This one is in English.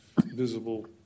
visible